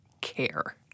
care